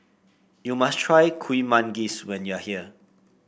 you must try Kuih Manggis when you are here